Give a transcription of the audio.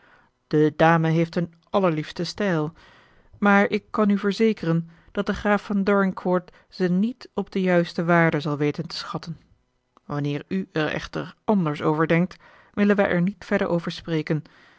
de dame heeft een allerliefsten stijl maar ik kan u verzekeren dat de graaf van dorincourt ze niet op de juiste waarde zal weten te schatten wanneer u er echter anders over denkt willen wij er niet verder over spreken